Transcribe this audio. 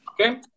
Okay